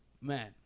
man